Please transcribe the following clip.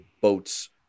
boats